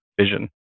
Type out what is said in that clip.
vision